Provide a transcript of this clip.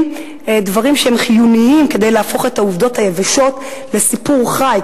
דברים שהם חיוניים כדי להפוך את העובדות היבשות לסיפור חי,